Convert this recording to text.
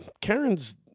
Karens